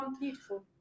Beautiful